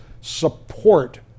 support